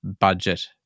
budget